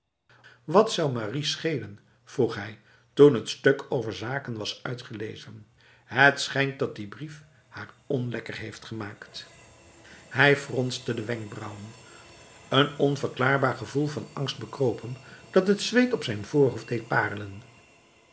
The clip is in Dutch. wat zou marie schelen vroeg hij toen het stuk over zaken was uitgelezen het schijnt dat die brief haar onlekker heeft gemaakt hij fronste de wenkbrauwen een onverklaarbaar gevoel van angst bekroop hem dat t zweet op zijn voorhoofd deed parelen